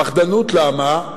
פחדנות למה?